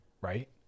right